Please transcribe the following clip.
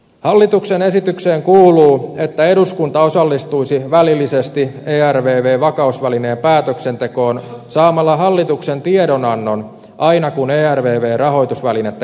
hallituksen esitykseen kuuluu että eduskunta osallistuisi välillisesti ervvn vakausvälineen päätöksentekoon saamalla hallituksen tiedonannon aina kun ervv rahoitusvälinettä käytettäisiin